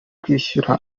kwishyura